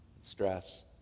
stress